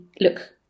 look